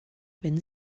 wenn